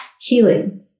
healing